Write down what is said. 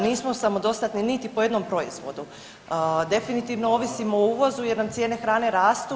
Nismo samodostatni niti po jednom proizvodu, definitivno ovisimo o uvozu jer nam cijene hrane rastu.